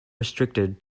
restricted